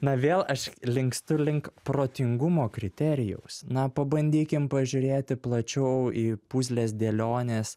na vėl aš linkstu link protingumo kriterijaus na pabandykim pažiūrėti plačiau į puzlės dėlionės